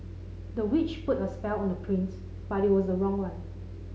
the witch put a spell on the prince but it was a wrong one